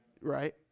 right